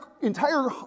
entire